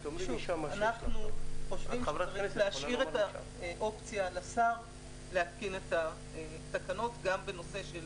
אנחנו נשאיר את האופציה לשר להתקין תקנות גם בנושא של